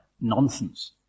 nonsense